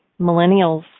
Millennials